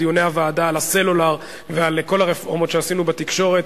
בדיוני הוועדה על הסלולר ועל כל הרפורמות שעשינו בתקשורת.